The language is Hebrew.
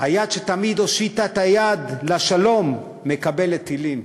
שתמיד הושיטו את היד לשלום מקבלים טילים.